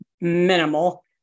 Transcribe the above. minimal